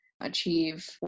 achieve